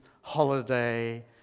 holiday